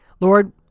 Lord